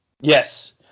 Yes